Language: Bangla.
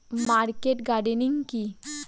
মার্কেট গার্ডেনিং কি?